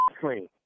clean